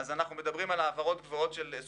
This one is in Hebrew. אז אנחנו מדברים על העברות של סכומי